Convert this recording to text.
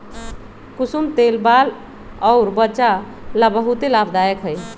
कुसुम तेल बाल अउर वचा ला बहुते लाभदायक हई